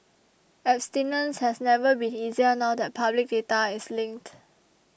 abstinence has never been easier now that public data is linked